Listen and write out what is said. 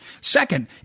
Second